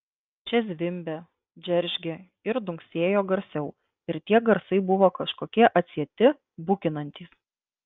čia zvimbė džeržgė ir dunksėjo garsiau ir tie garsai buvo kažkokie atsieti bukinantys